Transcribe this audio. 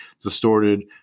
distorted